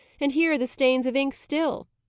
and here are the stains of ink still,